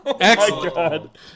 Excellent